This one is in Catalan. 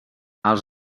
els